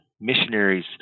missionaries